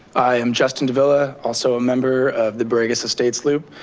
i am justin davilla, also a member of the borregas estates loop,